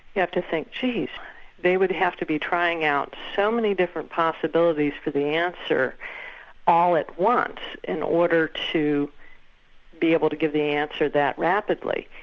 you have think, gee they would have to be trying out so many different possibilities for the answer all at once in order to be able to give the answer that rapidly.